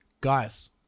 Guys